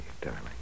darling